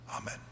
Amen